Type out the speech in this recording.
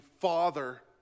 father